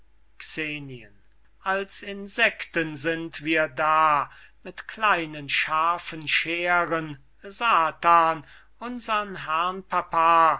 als insekten sind wir da mit kleinen scharfen scheren satan unsern herrn